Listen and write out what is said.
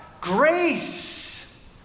Grace